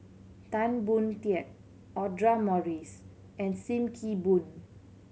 Tan Boon Teik Audra Morrice and Sim Kee Boon